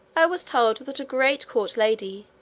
i was told that a great court lady,